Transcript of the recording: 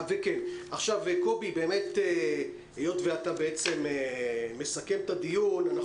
היות ואתה מסכם את הדיון,